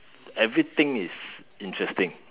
everything is interesting